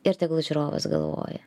ir tegul žiūrovas galvoja